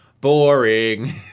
Boring